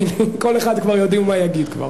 כל אחד, כבר יודעים מה יגיד.